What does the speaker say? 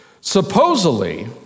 Supposedly